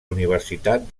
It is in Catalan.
universitat